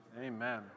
Amen